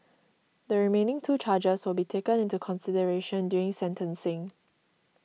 the remaining two charges will be taken into consideration during sentencing